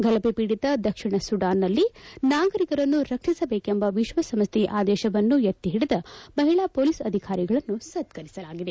ಗಲಭೆ ಪೀಡಿತ ದಕ್ಷಿಣ ಸುಡಾನ್ನಲ್ಲಿ ನಾಗರಿಕರನ್ನು ರಕ್ಷಿಸಬೇಕೆಂಬ ವಿಶ್ವಸಂಸ್ಥೆಯ ಆದೇಶವನ್ನು ಎತ್ತಿಹಿಡಿದ ಮಹಿಳಾ ಪೊಲೀಸ್ ಅಧಿಕಾರಿಗಳನ್ನು ಸತ್ತರಿಸಲಾಗಿದೆ